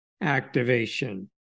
activation